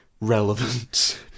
relevant